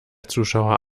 zuschauer